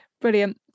brilliant